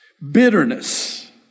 bitterness